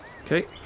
Okay